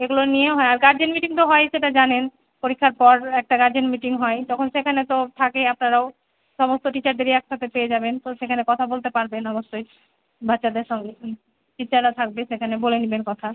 এগুলো নিয়ে হয় আর গার্জেন মিটিং তো হয় সেটা জানেন পরীক্ষার পর একটা গার্জেন মিটিং হয় তখন সেখানে তো থাকেই আপনারাও সমস্ত টিচারদেরই একসাথে পেয়ে যাবেন তো সেখানে কথা বলতে পারবেন অবশ্যই বাচ্চাদের সঙ্গে টিচাররা থাকবে সেখানে বলে নিবেন কথা